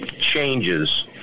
changes